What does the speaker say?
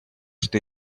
что